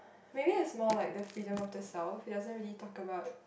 maybe it's more like the freedom of the self he doesn't really talk about